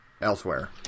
elsewhere